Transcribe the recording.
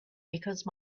because